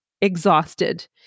exhausted